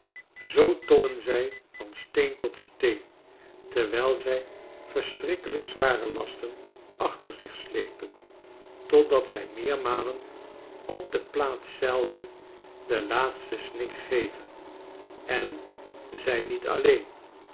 zoo tobben zij van steen tot steen terwijl zij verschrikkelijk zware lasten achter zich slepen totdat zij meermalen op de plaats zelve den laatsten snik geven ien zij niet alleen